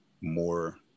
more